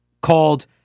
called